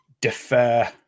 defer